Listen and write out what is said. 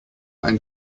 ein